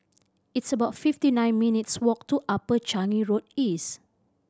it's about fifty nine minutes' walk to Upper Changi Road East